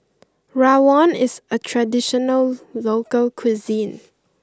Rawon is a traditional local cuisine